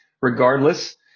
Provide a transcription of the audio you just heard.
Regardless